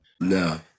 no